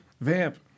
vamp